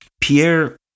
Pierre